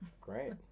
Great